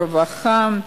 משרד הרווחה,